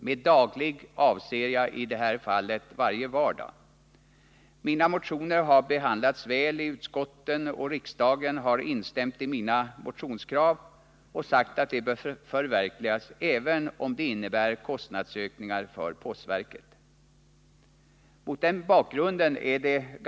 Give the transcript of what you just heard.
Med daglig avser jag i detta fall varje vardag. Mina motioner har behandlats välvilligt i utskotten, och riksdagen har instämt i mina motionskrav och sagt att de bör förverkligas även om det innebär kostnadsökningar för postverket.